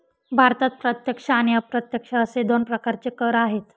भारतात प्रत्यक्ष आणि अप्रत्यक्ष असे दोन प्रकारचे कर आहेत